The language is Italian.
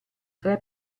tre